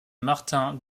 martin